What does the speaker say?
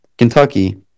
Kentucky